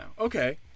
Okay